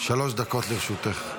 שלוש דקות לרשותך.